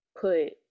put